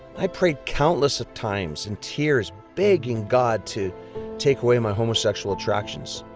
i prayed countless times in tears begging god to take away my homosexual attractions,